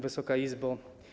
Wysoka Izbo!